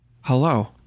Hello